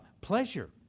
pleasure